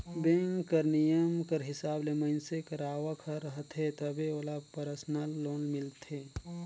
bank कर नियम कर हिसाब ले मइनसे कर आवक हर रहथे तबे ओला परसनल लोन मिलथे